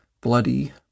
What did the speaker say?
bloody